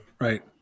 right